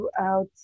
throughout